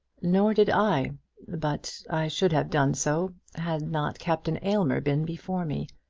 nor did i but i should have done so had not captain aylmer been before me.